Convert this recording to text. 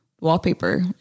wallpaper